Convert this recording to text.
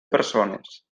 persones